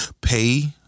pay